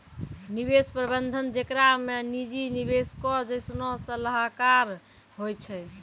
निवेश प्रबंधन जेकरा मे निजी निवेशको जैसनो सलाहकार होय छै